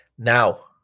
Now